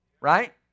Right